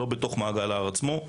לא בתוך מעגל ההר עצמו.